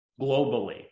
globally